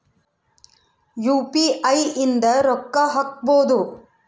UPI ಇಂದ ರೊಕ್ಕ ಹಕ್ಬೋದು